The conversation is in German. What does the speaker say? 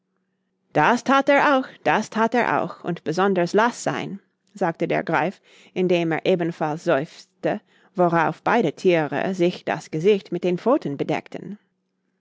das that er auch das that er auch und besonders laßsein sagte der greif indem er ebenfalls seufzte worauf beide thiere sich das gesicht mit den pfoten bedeckten